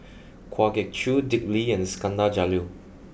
Kwa Geok Choo Dick Lee and Iskandar Jalil